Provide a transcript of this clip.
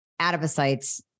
adipocytes